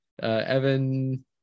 evan